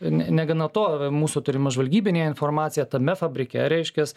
ne negana to mūsų turima žvalgybinė informacija tame fabrike reiškias